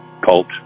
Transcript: cult